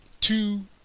two